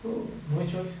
so no choice